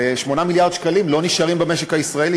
ו-8 מיליארד שקלים לא נשארים במשק הישראלי.